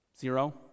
Zero